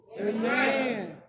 Amen